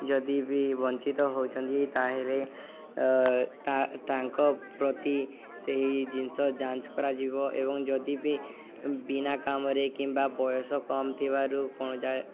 ଯଦି ବି ବଞ୍ଚିତ ହଉଚନ୍ତି ତାହେଲେ ତାଙ୍କ ପ୍ରତି ସେହି ଜିନିଷ ଯାଞ୍ଚ କରାଯିବ ଏବଂ ଯଦି ବି ବିନା କାମରେ କିମ୍ବା ବୟସ କମ୍ ଥିବାରୁ କଣ